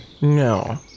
No